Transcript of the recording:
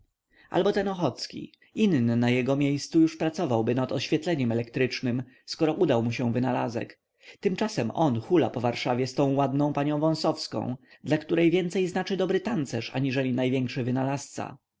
albo ten ochocki inny na jego miejscu już pracowałby nad oświetleniem elektrycznem skoro udał mu się wynalazek tymczasem on hula po warszawie z tą ładną panią wąsowską dla której więcej znaczy dobry tancerz aniżeli największy wynalazca